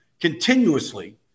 continuously